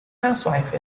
housewife